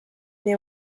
they